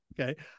okay